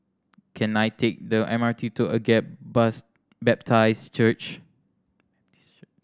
can I take the M R T to Agape Baptist Church